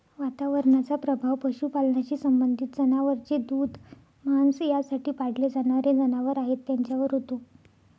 वातावरणाचा प्रभाव पशुपालनाशी संबंधित जनावर जे दूध, मांस यासाठी पाळले जाणारे जनावर आहेत त्यांच्यावर होतो